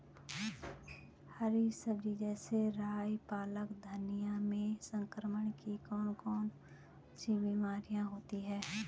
हरी सब्जी जैसे राई पालक धनिया में संक्रमण की कौन कौन सी बीमारियां होती हैं?